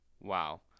Wow